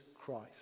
Christ